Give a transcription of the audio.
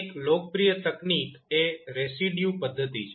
એક સૌથી લોકપ્રિય તકનીક એ રેસિડ્યુ પદ્ધતિ છે